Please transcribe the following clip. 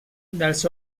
dels